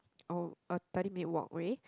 oh a thirty minute walk way